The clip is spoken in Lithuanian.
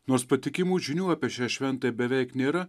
nors patikimų žinių apie šią šventąją beveik nėra